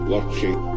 Watching